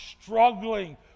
struggling